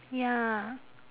ya